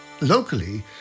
Locally